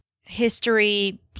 history